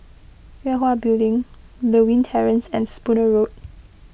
Yue Hwa Building Lewin Terrace and Spooner Road